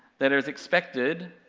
that is expected,